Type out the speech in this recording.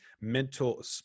mental